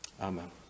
Amen